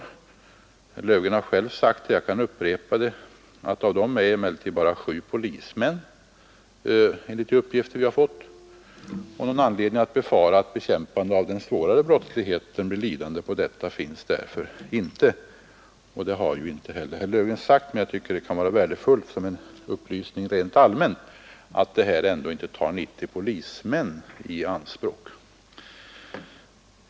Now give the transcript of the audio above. Herr Löfgren har själv sagt det och jag kan upprepa att av dem är bara sju polismän enligt de uppgifter vi har fått. Någon anledning att befara att bekämpandet av svårare brottslighet blir lidande på detta finns därför inte. Det har ju inte heller herr Löfgren sagt, men det kan vara värdefullt som en upplysning rent allmänt att detta ändå inte tar 90 polismän i anspråk.